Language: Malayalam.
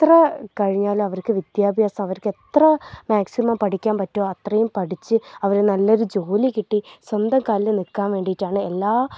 എത്ര കഴിഞ്ഞാലും അവർക്ക് വിദ്യാഭ്യാസം അവർക്ക് എത്ര മാക്സിമം പഠിക്കാൻ പറ്റുമോ അത്രയും പഠിച്ച് അവർ നല്ലൊരു ജോലി കിട്ടി സ്വന്തം കാലിൽ നിൽക്കാൻ വേണ്ടിയിട്ടാണ് എല്ലാ